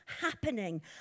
happening